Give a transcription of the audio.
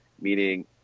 meaning